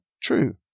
True